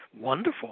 Wonderful